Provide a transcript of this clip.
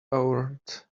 out